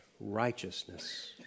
righteousness